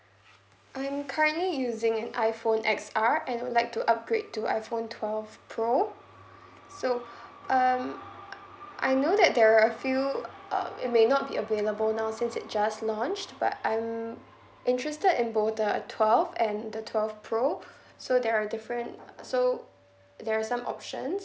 I'm currently using an iPhone X_R and would like to upgrade to iPhone twelve pro so um I know that there are a few uh it may not be available now since it just launched but I'm interested in both the twelve and the twelve pro so there are different so there are some options